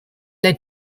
led